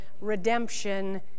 redemption